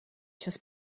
čas